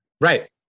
right